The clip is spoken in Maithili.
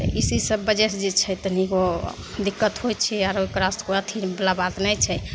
ईसी सब वजहसे जे छै तनिगो दिक्कत होइ छै आओर ओकरा से अथीवला बात नहि छै